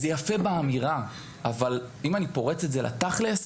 זה יפה באמירה אבל אם אני פורט את זה לתכל'ס.